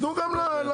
תנו גם לחלב.